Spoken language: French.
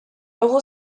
euro